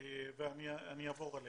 ואני אעבור עליהם.